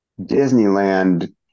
Disneyland